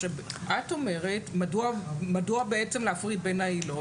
את אומרת מדוע בעצם להפריד בין העילות.